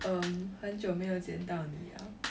um 很久没有见到你了